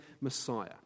Messiah